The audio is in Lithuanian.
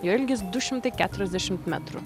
ilgis du šimtai keturiasdešim metrų